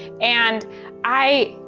and i,